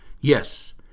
yes